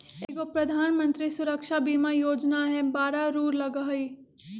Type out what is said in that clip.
एगो प्रधानमंत्री सुरक्षा बीमा योजना है बारह रु लगहई?